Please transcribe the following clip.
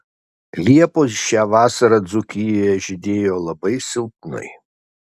liepos šią vasarą dzūkijoje žydėjo labai silpnai